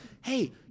Hey